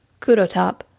Kudotop